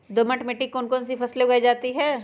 दोमट मिट्टी कौन कौन सी फसलें उगाई जाती है?